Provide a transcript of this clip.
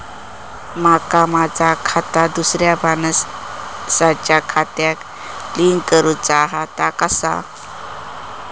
माका माझा खाता दुसऱ्या मानसाच्या खात्याक लिंक करूचा हा ता कसा?